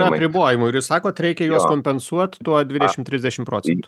apribojimų ir jūs sakot reikia juos kompensuot tuo dvidešimt trisdešimt procentų